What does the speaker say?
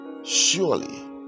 Surely